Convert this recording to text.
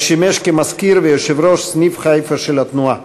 ושימש מזכיר ויושב-ראש סניף חיפה של התנועה.